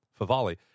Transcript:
Favali